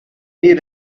need